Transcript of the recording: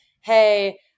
hey